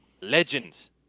Legends